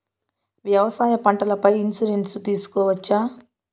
వ్యవసాయ పంటల పై ఇన్సూరెన్సు తీసుకోవచ్చా?